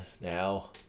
now